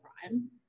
crime